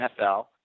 NFL